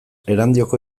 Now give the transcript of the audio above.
erandioko